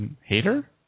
Hater